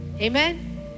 amen